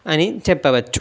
అని చెప్పవచ్చు